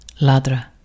Ladra